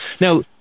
now